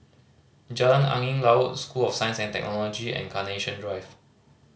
Jalan Angin Laut School of Science and Technology and Carnation Drive